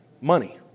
money